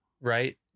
right